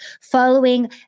following